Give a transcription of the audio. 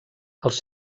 els